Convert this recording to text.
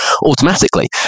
automatically